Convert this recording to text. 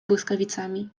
błyskawicami